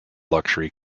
luxury